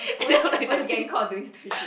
always always getting caught doing stupid shit